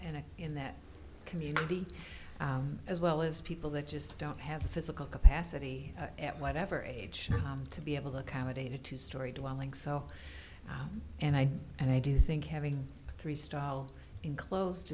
and in that community as well as people that just don't have the physical capacity at whatever age to be able to accommodate a two story dwelling self and i and i do think having three style enclosed